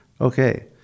Okay